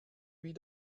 wie